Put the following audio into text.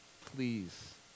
please